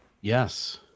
Yes